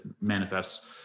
manifests